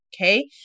Okay